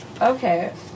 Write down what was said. Okay